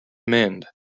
mend